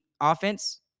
offense